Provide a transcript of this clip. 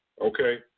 okay